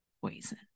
poison